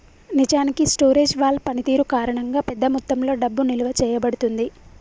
నిజానికి storage wall పనితీరు కారణంగా పెద్ద మొత్తంలో డబ్బు నిలువ చేయబడుతుంది